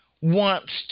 wants